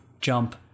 jump